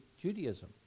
Judaism